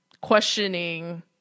questioning